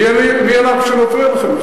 מי אנחנו שנפריע לכם בכלל.